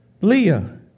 Leah